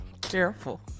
Careful